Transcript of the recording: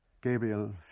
Gabriel